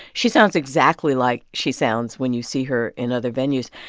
she sounds exactly like she sounds when you see her in other venues.